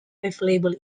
available